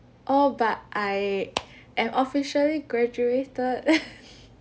oh but I am officially graduated